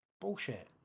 Bullshit